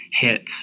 Hits